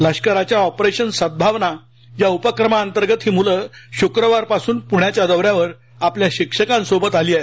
लष्कराच्या ऑपरेशन सद्धावना या उपक्रमाअंतर्गत ही मुलं शुक्रवारपासून पुण्याच्या दौऱ्यावर आपल्या शिक्षकांसोबत आली आहेत